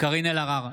קארין אלהרר,